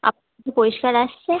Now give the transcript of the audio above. up কি পরিষ্কার আসছে